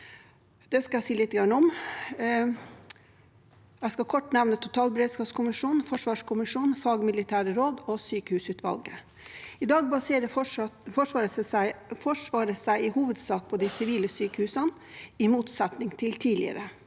Det skal jeg si litt om. Jeg skal kort nevne totalberedskapskommisjonen, forsvarskommisjonen, fagmilitære råd og sykehusutvalget. I dag baserer Forsvaret seg i hovedsak på de sivile sykehusene, i motsetning til tidligere.